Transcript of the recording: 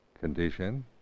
condition